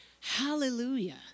Hallelujah